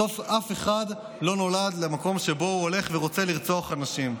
בסוף אף אחד לא נולד למקום שבו הוא הולך ורוצה לרצוח אנשים.